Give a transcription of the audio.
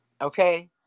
Okay